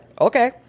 Okay